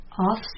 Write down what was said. Off